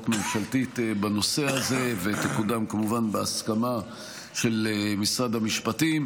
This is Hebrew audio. ממשלתית בנושא הזה ותקודם כמובן בהסכמה של משרד המשפטים,